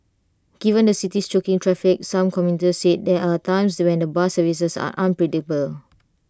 given the city's choking traffic some commuters said there are times when the bus services are unpredictable